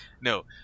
no